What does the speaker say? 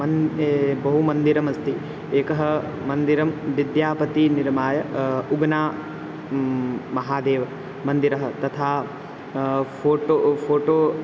मन् ए बहु मन्दिरम् अस्ति एकं मन्दिरं विद्यापतिनिर्माय उग्ना महादेवमन्दिरं तथा फ़ोटो फ़ोटो